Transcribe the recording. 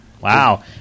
wow